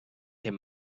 them